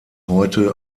heute